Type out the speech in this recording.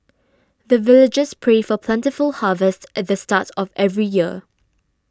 the villagers pray for plentiful harvest at the start of every year